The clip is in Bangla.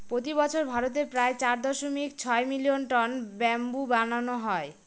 প্রতি বছর ভারতে প্রায় চার দশমিক ছয় মিলিয়ন টন ব্যাম্বু বানানো হয়